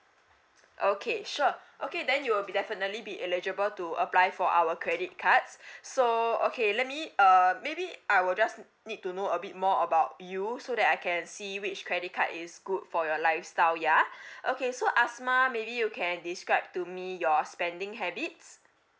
okay sure okay then you will be definitely be eligible to apply for our credit cards so okay let me uh maybe I will just n~ need to know a bit more about you so that I can see which credit card is good for your lifestyle yeah okay so asmah maybe you can describe to me your spending habits